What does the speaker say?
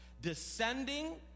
descending